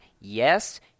Yes